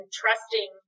trusting